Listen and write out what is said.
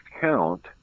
count